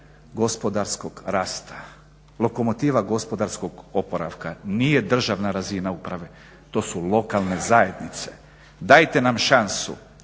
gospodarskog rasta, lokomotiva gospodarskog oporavka nije državna razina uprave, to su lokalne zajednice. Dajte nam šansu,